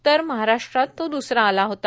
तर महाराष्ट्रात द्सरा आला होता